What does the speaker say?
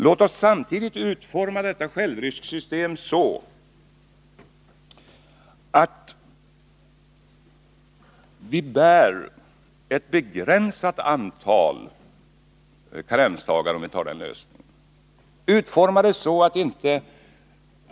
Låt oss samtidigt utforma detta självriskssystem så att — om vi väljer lösningen med karensdagar — vi endast behöver bära ett begränsat antal karensdagar.